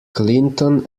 clinton